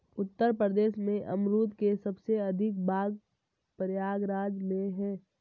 उत्तर प्रदेश में अमरुद के सबसे अधिक बाग प्रयागराज में है